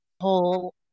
whole